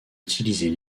utiliser